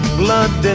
blood